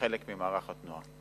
כחלק ממערך התנועה.